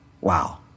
Wow